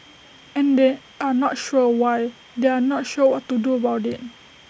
and they are not sure why they are not sure what to do about IT